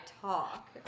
talk